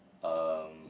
um